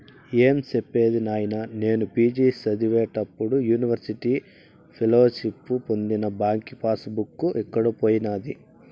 ఏం సెప్పేది నాయినా, నేను పి.జి చదివేప్పుడు యూనివర్సిటీ ఫెలోషిప్పు పొందిన బాంకీ పాస్ బుక్ ఎక్కడో పోయినాది